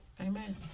Amen